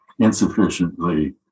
insufficiently